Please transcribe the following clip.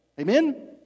Amen